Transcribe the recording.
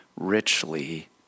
richly